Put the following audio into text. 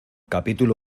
capítulo